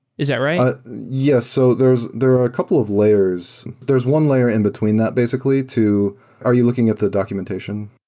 is that right? yes. so there are a couple of layers. there is one layer in between that basically to are you looking at the documentation?